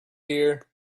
here